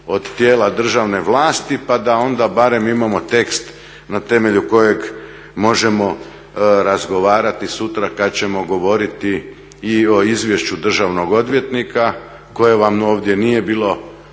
od tijela državne vlasti pa da onda barem imamo tekst na temelju kojeg možemo razgovarati sutra kada ćemo govoriti i o izvješću državnog odvjetnika koje vam ovdje nije bilo